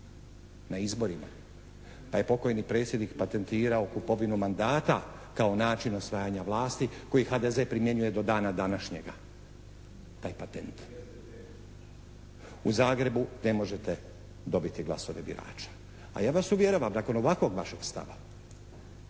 na izborima, pa je pokojni predsjednik patentirao kupovinu mandata kao način osvajanja vlasti koji HDZ primjenjuje do dana današnjega taj patent. U Zagrebu ne možete dobiti glasove birača, a ja vas uvjeravam nakon ovakvog vašeg stava